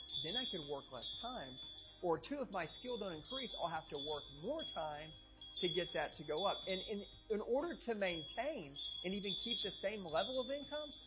then i can work less time or two of my skill. don't increase i'll have to work more time to get that to go up and in in order to maintain and even keep the same level of income.